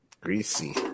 Greasy